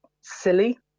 silly